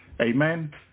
Amen